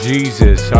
Jesus